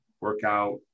workout